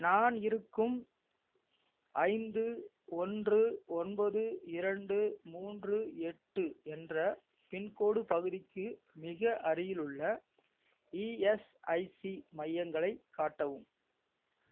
நான் இருக்கும் ஐந்து ஒன்று ஒன்பது இரண்டு மூன்று எட்டு என்ற பின்கோட் பகுதிக்கு மிக அருகிலுள்ள இஎஸ்ஐசி மையங்களைக் காட்டவும்